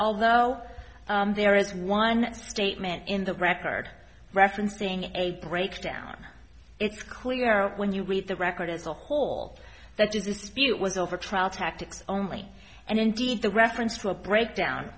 although there is one statement in the record referencing a break down it's clear when you read the record as a whole that is dispute was over trial tactics only and indeed the reference to a breakdown